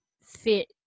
fit